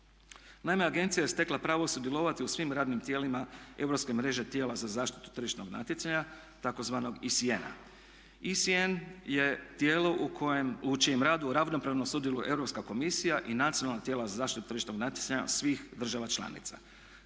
Naime agencija je stekla pravo sudjelovati u svim radnim tijelima europske mreže tijela za zaštitu tržišnog natjecanja tzv. ICN-a. ICN je tijelo u čijem radu ravnopravno sudjeluje Europska komisija i nacionalna tijela za zaštitu tržišnog natjecanja svih država članica.